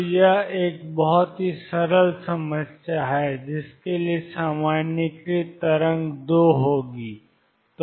तो यह एक बहुत ही सरल समस्या है जिसके लिए सामान्यीकृत तरंग 2 होगी